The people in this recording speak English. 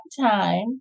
time